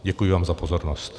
Děkuji vám za pozornost.